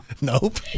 Nope